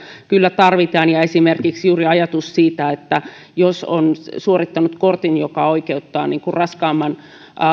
kyllä tarvitaan esimerkiksi juuri ajatus siitä että jos on suorittanut kortin joka oikeuttaa raskaamman